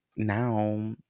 now